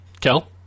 Kel